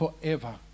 forever